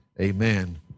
amen